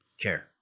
care